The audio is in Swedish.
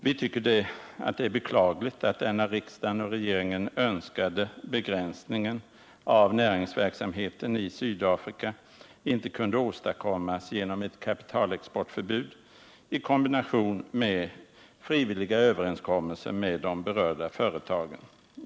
Vi tycker att det är beklagligt att den av riksdagen och regeringen önskade begränsningen av svensk näringsverksamhet i Sydafrika inte kunde åstadkommas genom ett kapitalexportförbud i kombination med frivilliga överenskommelser med de berörda företagen.